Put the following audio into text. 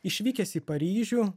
išvykęs į paryžių